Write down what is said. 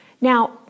Now